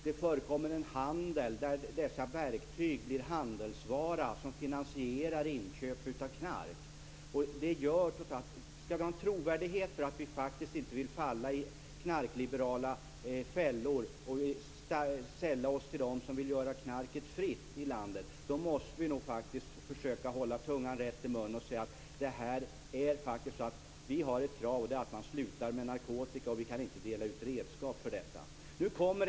Det förekommer en handel där dessa verktyg blir en handelsvara som finansierar inköp av knark. Skall vi ha en trovärdighet för att vi faktiskt inte vill falla i knarkliberala fällor och sälla oss till dem som vill göra knarket fritt i landet, måste vi nog faktiskt försöka att hålla tungan rätt i mun. Då måste vi säga: Vi har ett krav, och det är att man slutar med narkotika. Vi kan inte dela ut redskap för att använda narkotika.